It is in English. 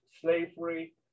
slavery